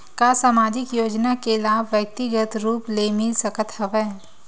का सामाजिक योजना के लाभ व्यक्तिगत रूप ले मिल सकत हवय?